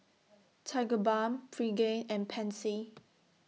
Tigerbalm Pregain and Pansy